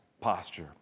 posture